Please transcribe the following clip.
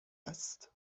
است